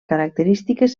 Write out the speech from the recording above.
característiques